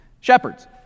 Shepherds